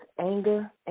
anger